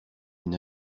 une